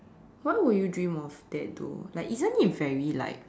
why will you dream of that though like isn't it very like